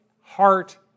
heart